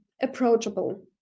approachable